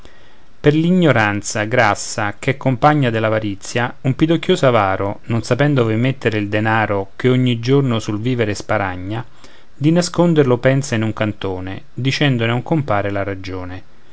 per l'ignoranza grassa ch'è compagna dell'avarizia un pidocchioso avaro non sapendo ove mettere il denaro che ogni giorno sul vivere sparagna di nasconderlo pensa in un cantone dicendone a un compare la ragione